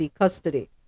custody